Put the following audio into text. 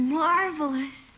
marvelous